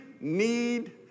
need